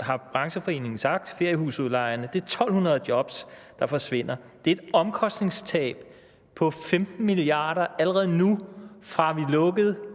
har brancheforeningen sagt, altså feriehusudlejerne. Det er 1.200 jobs, der forsvinder. Det er et omkostningstab på 15 mia. kr. allerede nu, fra vi lukkede